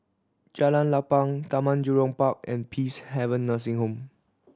Jalan Lapang Taman Jurong Park and Peacehaven Nursing Home